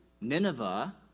Nineveh